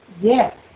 Yes